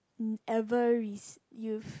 ever received